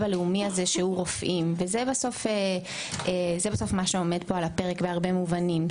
הלאומי הזה שהוא רופאים וזה בסוף מה שעומד פה על הפרק בהרבה מובנים.